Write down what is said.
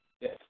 Yes